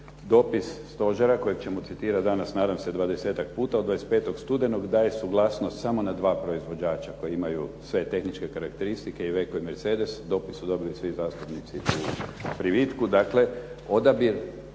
dopis stožera kojeg ćemo citirati danas, nadam se 20-ak puta od 25. studenog daje suglasnost samo na dva proizvođača koji imaju sve tehničke karakteristike i …/Govornik se ne razumije./… mercedes, dopis su dobili svi zastupnici u privitku.